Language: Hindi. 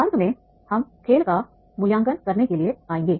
अंत में हम खेल का मूल्यांकन करने के लिए आएंगे